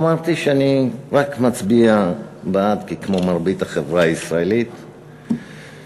אמרתי שאני רק מצביע בעד כי כמו מרבית החברה הישראלית חשבתי,